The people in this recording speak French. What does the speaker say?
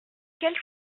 quel